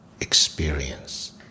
experience